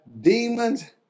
demons